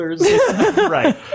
right